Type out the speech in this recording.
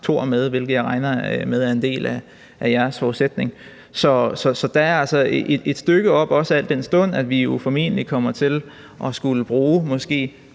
hvilket jeg regner med er en del af jeres forudsætning. Så der er altså et stykke op, også al den stund at vi jo formentlig kommer